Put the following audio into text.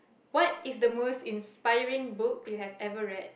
what is the most inspiring book you have ever read